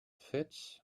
fits